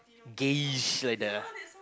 gayish like that ah